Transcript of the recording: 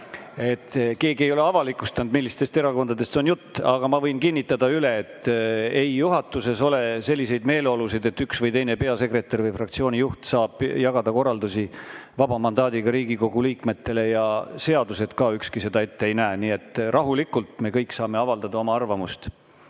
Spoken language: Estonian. Keegi ei ole avalikustanud, millistest erakondadest on jutt. Aga ma võin kinnitada üle, et juhatuses ei ole selliseid meeleolusid, et üks või teine peasekretär või fraktsiooni juht saab jagada korraldusi vaba mandaadiga Riigikogu liikmetele. Ja ükski seadus ka seda ette ei näe, nii et me kõik saame rahulikult avaldada oma arvamust.